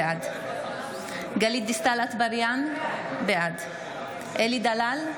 בעד גלית דיסטל אטבריאן, בעד אלי דלל,